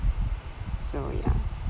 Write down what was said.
so yeah